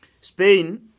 Spain